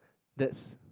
that's